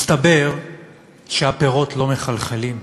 מסתבר שהפירות לא מחלחלים.